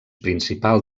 principal